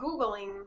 Googling